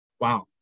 Wow